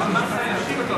העקיף.